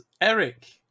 Eric